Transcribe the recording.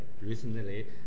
recently